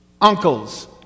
Uncles